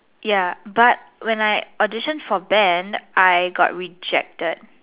ya but when I audition for band I got rejected